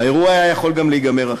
האירוע היה יכול גם להיגמר אחרת.